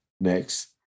next